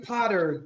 Potter